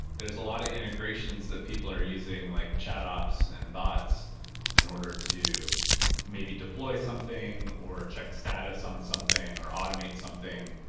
a lot of integrations that people are using like chat ops and bots in order to maybe deploy something or check status on something or automate something.